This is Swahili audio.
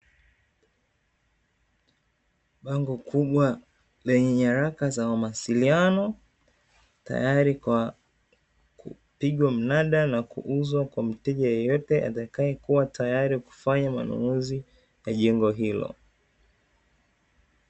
Bango kubwa lenye nyaraka za mawasiliano, tayari kwa kupigwa mnada na kuuzwa kwa mteja yeyote, atakayekuwa tayari kufanya manunuzi ya jengo hilo.